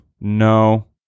No